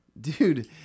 Dude